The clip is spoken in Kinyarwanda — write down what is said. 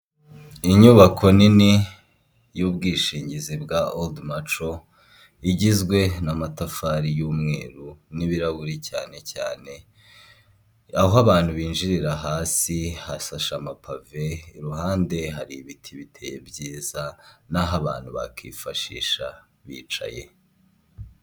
Inyubako nini y'ubwishingizi bwa ode maco igizwe n'amatafari y'umweru, n'ibirahure cyane cyane, aho abantu binjirira hasi hasashe amapave, iruhande hari ibiti biteye byiza, n'aho abantu bakifashisha bicaye.